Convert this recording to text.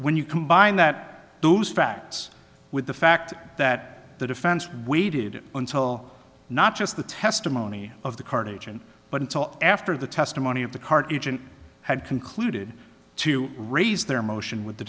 when you combine that those facts with the fact that the defense waited until not just the testimony of the cartesian but until after the testimony of the cart agent had concluded to raise their motion with the